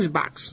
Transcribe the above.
box